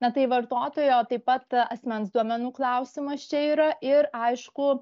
na tai vartotojo taip pat asmens duomenų klausimas čia yra ir aišku